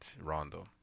Rondo